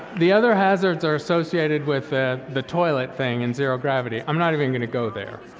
the other hazards are associated with ah the toilet thing in zero gravity. i'm not even gonna go there.